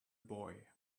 boy